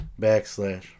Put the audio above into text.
Backslash